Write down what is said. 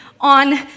on